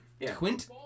Quint